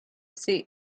sea